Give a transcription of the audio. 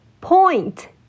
Point